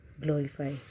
glorify